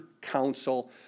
counsel